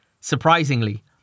Surprisingly